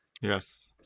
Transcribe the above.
Yes